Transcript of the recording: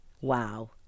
wow